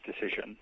decision